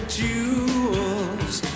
jewels